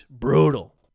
brutal